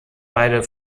beide